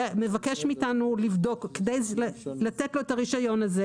הוא מבקש מאיתנו לתת לו את הרישיון הזה.